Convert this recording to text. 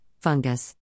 fungus